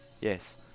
yes